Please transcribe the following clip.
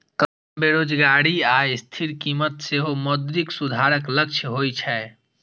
कम बेरोजगारी आ स्थिर कीमत सेहो मौद्रिक सुधारक लक्ष्य होइ छै